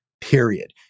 Period